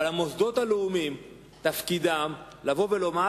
המוסדות הלאומיים תפקידם לבוא ולומר: